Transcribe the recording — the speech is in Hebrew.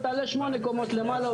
ותעלה לי שמונה קומות למעלה,